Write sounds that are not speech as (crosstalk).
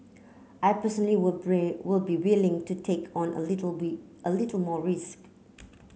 I personally would (unintelligible) would be willing to take on a little (unintelligible) a little more risk